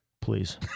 Please